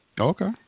Okay